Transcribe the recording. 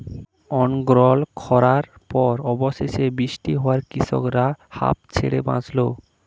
অনর্গল খড়ার পর অবশেষে বৃষ্টি হওয়ায় কৃষকরা হাঁফ ছেড়ে বাঁচল